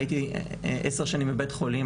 אבל הייתי 10 שנים בבית-חולים,